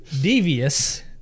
devious